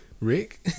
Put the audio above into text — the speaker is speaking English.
Rick